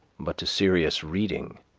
but to serious reading,